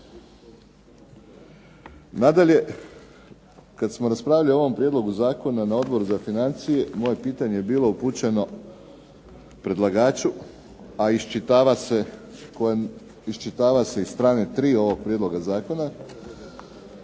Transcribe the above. Nadalje, kad smo raspravljali o ovom prijedlogu zakona na Odboru za financije moje pitanje je bilo upućeno predlagaču, a iščitava se iz strane tri ovog Prijedloga zakona